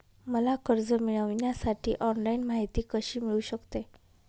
मला कर्ज मिळविण्यासाठी ऑनलाइन माहिती कशी मिळू शकते?